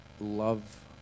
love